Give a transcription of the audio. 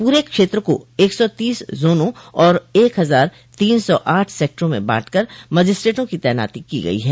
पूरे क्षेत्र को एक सौ तीस जोनो और एक हजार तीन सौ आठ सेक्टरों में बांट कर मजिस्ट्रेटों की तैनाती की गई है